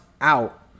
out